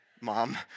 mom